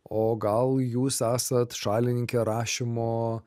o gal jūs esat šalininkė rašymo